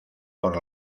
por